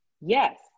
yes